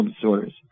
disorders